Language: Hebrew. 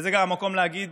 וזה גם המקום להגיד